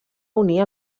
unir